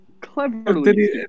cleverly